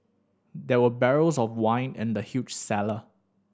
there were barrels of wine in the huge cellar